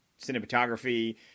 cinematography